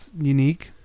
unique